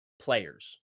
players